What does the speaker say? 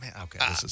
Okay